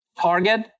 Target